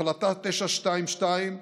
החלטה 922,